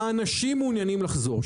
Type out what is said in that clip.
אנשים מעוניינים לחזור,